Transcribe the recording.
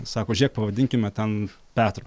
sako žiūrėk pavadinkime ten petru